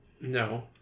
No